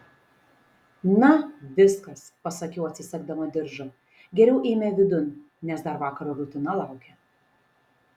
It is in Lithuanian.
na viskas pasakiau atsisegdama diržą geriau eime vidun nes dar vakaro rutina laukia